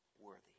worthy